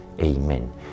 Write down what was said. amen